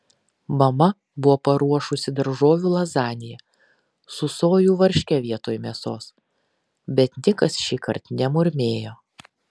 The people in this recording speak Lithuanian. mama buvo paruošusi daržovių lazaniją su sojų varške vietoj mėsos bet nikas šįkart nemurmėjo